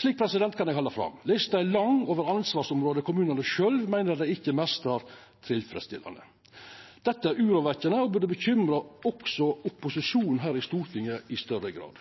– Slik kan eg halda fram. Lista er lang over ansvarsområde som kommunane sjølve meiner dei ikkje meistrar tilfredsstillande. Dette er urovekkjande og burde bekymra også opposisjonen her i Stortinget i større grad.